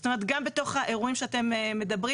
זאת אומרת גם בתוך האירועים שאתם מדברים